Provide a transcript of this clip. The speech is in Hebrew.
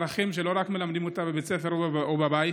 ערכים שלא רק מלמדים אותם בבית הספר או בבית.